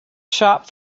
shop